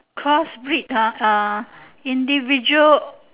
cross breed ah ah individual